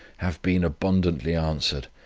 have been abundantly answered,